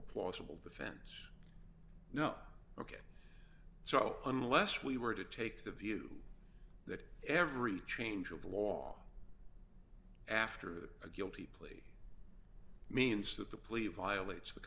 a plausible defense no so unless we were to take the view that every change of law after a guilty plea means that the police violates the